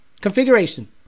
configuration